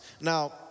Now